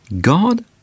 God